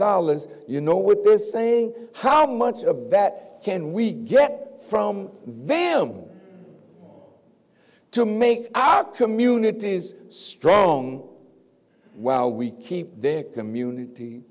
dollars you know what they're saying how much of that can we get from them to make our communities strong while we keep their community